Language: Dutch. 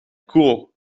cool